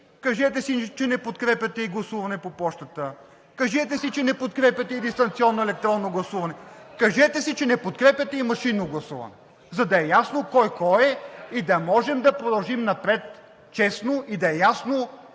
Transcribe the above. Кажете си, че не подкрепяте и гласуване по пощата, кажете си, че не подкрепяте и дистанционно електронно гласуване, кажете си, че не подкрепяте и машинно гласуване, за да е ясно кой, кой е и да можем да продължим напред честно, и да е ясно